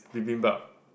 bibimbap